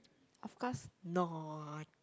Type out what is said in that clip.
of course not